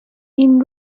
این